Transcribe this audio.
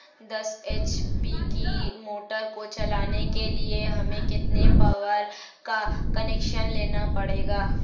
दस एच.पी की मोटर को चलाने के लिए हमें कितने पावर का कनेक्शन लेना पड़ेगा?